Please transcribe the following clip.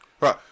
Right